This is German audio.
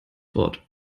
wort